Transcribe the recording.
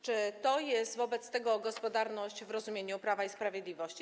Czy to jest wobec tego gospodarność w rozumieniu Prawa i Sprawiedliwości?